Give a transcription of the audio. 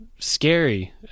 Scary